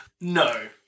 No